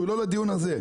שהוא לא לדיון הזה.